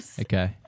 Okay